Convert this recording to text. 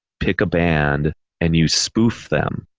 pick a band and you spoof them.